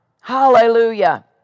Hallelujah